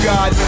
God